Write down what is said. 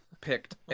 picked